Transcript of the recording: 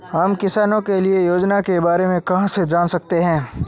हम किसानों के लिए योजनाओं के बारे में कहाँ से जान सकते हैं?